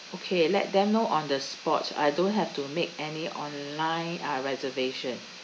okay let them know on the spot I don't have to make any online uh reservation